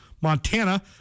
Montana